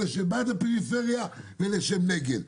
אלה שבעד הפריפריה ואלה שנגד.